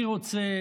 אני רוצה